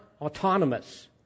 autonomous